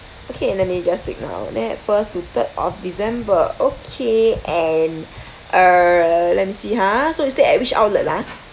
okay let me just take down of that first to third of december okay and err let me see ha so you stayed at which outlet ah